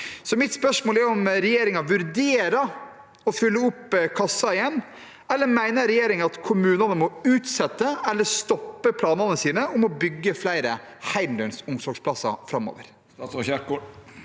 i det nye året. Vil regjeringen vurdere å fylle opp kassa igjen, eller mener regjeringen at kommunene må utsette eller stoppe planene sine om å bygge flere heldøgns omsorgsplasser?»